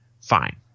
fine